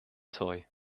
toy